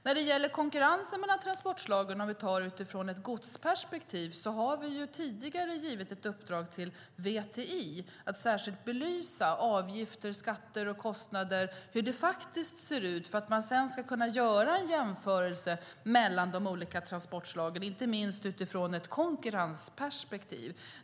När det gäller konkurrensen mellan transportslagen, om vi tar det utifrån ett godsperspektiv, kan jag säga att vi tidigare har givit ett uppdrag till VTI, att särskilt belysa avgifter, skatter och kostnader. Det handlar om hur det faktiskt ser ut för att man sedan ska kunna göra en jämförelse mellan de olika transportslagen, inte minst utifrån ett konkurrensperspektiv.